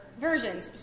versions